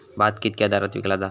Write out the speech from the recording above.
भात कित्क्या दरात विकला जा?